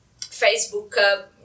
Facebook